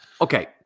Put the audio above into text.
Okay